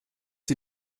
die